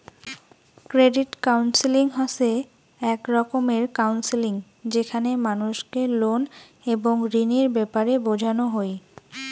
credit counselling হসে এক রকমের কাউন্সেলিং যেখানে মানুষকে লোন এবং ঋণের ব্যাপারে বোঝানো হই